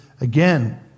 again